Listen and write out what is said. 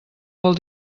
vol